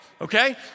Okay